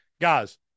Guys